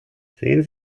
sehen